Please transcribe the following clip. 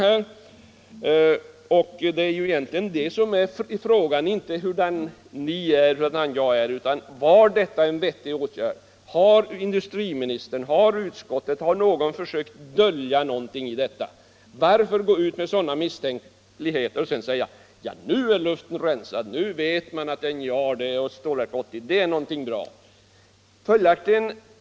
Men frågan är inte hurdana ni är och hurdan jag är utan om återremissen var en riktig åtgärd. Har industriministern, har utskottet eller någon annan försökt dölja någonting i detta sammanhang? Varför gå ut med sådana misstänkliggöranden och sedan säga att nu är luften rensad, nu vet man att NJA och Stålverk 80 är någonting bra?